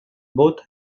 both